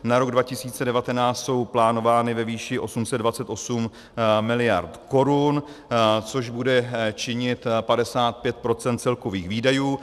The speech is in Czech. Na rok 2019 jsou plánovány ve výši 828 mld. korun, což bude činit 55 % celkových výdajů.